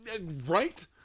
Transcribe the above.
Right